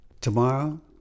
tomorrow